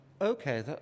Okay